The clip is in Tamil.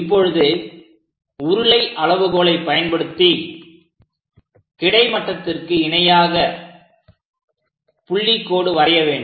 இப்பொழுது உருளை அளவுகோலை பயன்படுத்தி கிடைமட்டத்திற்கு இணையாக புள்ளிக்கோடு வரைய வேண்டும்